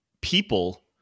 people